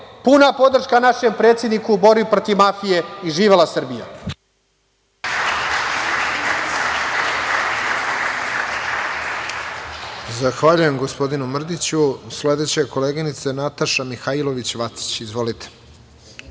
puna podrška našem predsedniku u borbi protiv mafije. Živela Srbija.